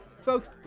Folks